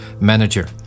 manager